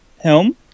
Helm